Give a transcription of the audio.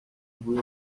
بوی